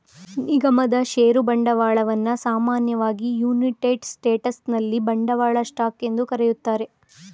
ನಿಗಮದ ಷೇರು ಬಂಡವಾಳವನ್ನ ಸಾಮಾನ್ಯವಾಗಿ ಯುನೈಟೆಡ್ ಸ್ಟೇಟ್ಸ್ನಲ್ಲಿ ಬಂಡವಾಳ ಸ್ಟಾಕ್ ಎಂದು ಕರೆಯುತ್ತಾರೆ